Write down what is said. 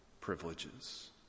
privileges